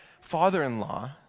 father-in-law